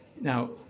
Now